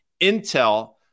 Intel